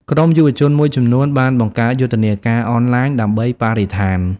ក្រុមយុវជនមួយចំនួនបានបង្កើតយុទ្ធនាការអនឡាញដើម្បីបរិស្ថាន។